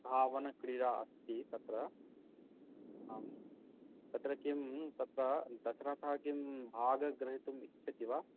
धावनक्रिडा अस्ति तत्र आं तत्र किं तत्र दशरथः किं भागं गृहीतुम् इच्छति वा